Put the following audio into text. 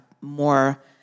more